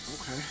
Okay